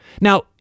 Now